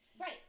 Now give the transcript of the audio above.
Right